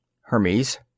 Hermes